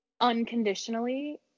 unconditionally